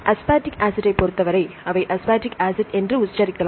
aspartic ஆசிட்டைப் பொறுத்தவரை அவை அஸ்பார்டிக் ஆசிட் என்று உச்சரிக்கலாம்